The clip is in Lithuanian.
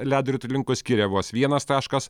ledo ritulininkų skiria vos vienas taškas